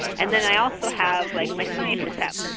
and then i also have, like, my scientist hat.